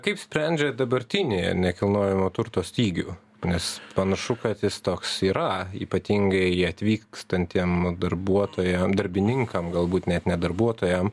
kaip sprendžiat dabartinį nekilnojamo turto stygių nes panašu kad jis toks yra ypatingai į atvykstantiem darbuotojam darbininkam galbūt net ne darbuotojam